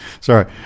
Sorry